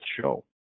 show